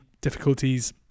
difficulties